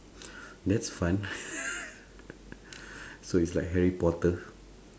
that's fun so it's like harry-potter